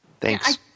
Thanks